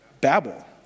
Babel